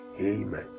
Amen